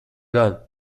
gan